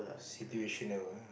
situational